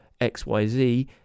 xyz